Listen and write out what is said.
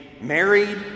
married